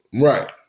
Right